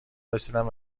رسیدن